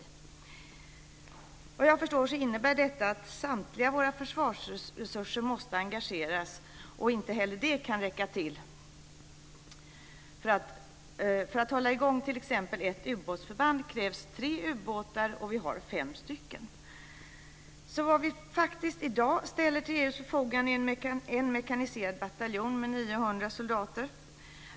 Såvitt jag förstår innebär detta att samtliga våra försvarsresurser måste engageras, och inte heller det räcker till. För att hålla i gång t.ex. ett ubåtsförband krävs tre ubåtar, och vi har fem. Vad vi faktiskt ställer till EU:s förfogande i dag är en mekaniserad bataljon med 900 soldater.